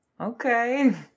Okay